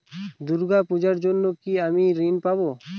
দূর্গা পূজার জন্য কি আমি ঋণ পাবো?